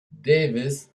davis